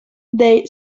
they